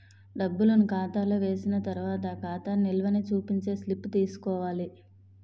డబ్బులను ఖాతాలో వేసిన తర్వాత ఖాతా నిల్వని చూపించే స్లిప్ తీసుకోవాలి